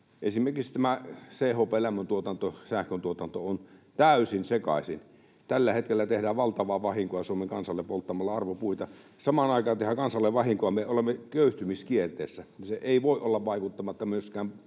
esimerkiksi tämä CHP-lämmöntuotanto, sähköntuotanto, on täysin sekaisin. Tällä hetkellä tehdään valtavaa vahinkoa Suomen kansalle polttamalla arvopuita. Samaan aikaan tehdään kansalle vahinkoa: me olemme köyhtymiskierteessä. Se ei voi olla vaikuttamatta myöskään.